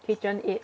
KitchenAid